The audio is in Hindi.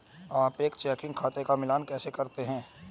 आप एक चेकिंग खाते का मिलान कैसे करते हैं?